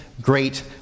great